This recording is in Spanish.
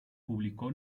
publicó